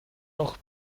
noch